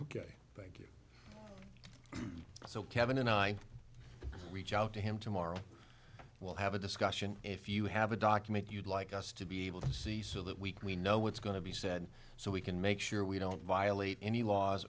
ok so kevin and i reach out to him tomorrow we'll have a discussion if you have a document you'd like us to be able to see so that we can we know what's going to be said so we can make sure we don't violate any laws